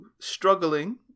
struggling